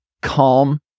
calm